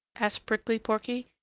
asked prickly porky,